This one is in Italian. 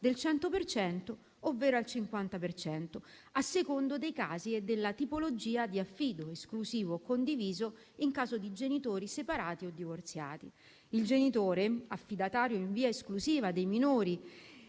per cento, ovvero al 50 per cento a seconda dei casi e della tipologia di affido: esclusivo o condiviso in caso di genitori separati o divorziati. Il genitore, affidatario in via esclusiva dei minori